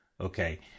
Okay